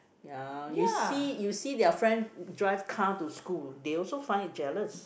ya you see you see their friend drive car to school they also find it jealous